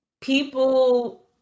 People